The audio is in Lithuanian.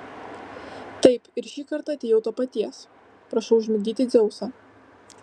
taip ir šį kartą atėjau to paties prašau užmigdyti dzeusą